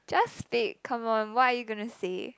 just speak come on what are you gonna say